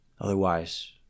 Otherwise